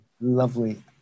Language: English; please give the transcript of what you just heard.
lovely